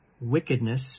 wickedness